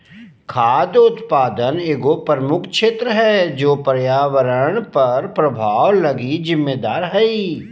खाद्य उत्पादन एगो प्रमुख क्षेत्र है जे पर्यावरण पर प्रभाव लगी जिम्मेदार हइ